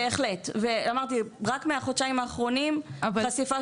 בהחלט ואמרתי רק מהחודשיים האחרונים החשיפה